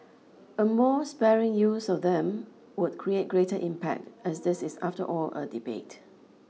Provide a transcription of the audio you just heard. a more sparing use of them would create greater impact as this is after all a debate